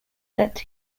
that